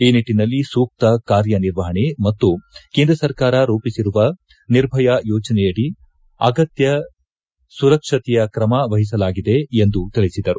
ಈ ನಿಟ್ಟಿನಲ್ಲಿ ಸೂಕ್ತ ಕಾರ್ಯನಿರ್ವಹಣೆ ಮತ್ತು ಸುರಕ್ಷತೆಗೆ ಕೇಂದ್ರ ಸರ್ಕಾರ ರೂಪಿಸಿರುವ ನಿರ್ಭಯ ಯೋಜನೆಯಡಿ ಅಗತ್ಯ ಕ್ರಮ ವಹಿಸಲಾಗಿದೆ ಎಂದು ತಿಳಿಸಿದರು